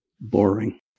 boring